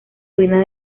ruinas